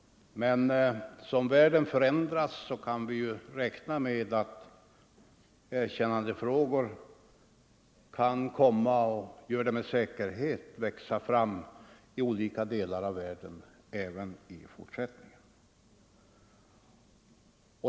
Men som världen förändras kan vi med säkerhet räkna med att erkännandefrågor i fortsättningen växer fram genom förhållanden i olika delar av världen.